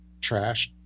trashed